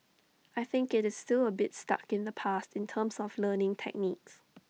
I think IT is still A bit stuck in the past in terms of learning techniques